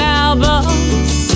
albums